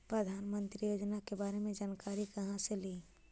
प्रधानमंत्री योजना के बारे मे जानकारी काहे से ली?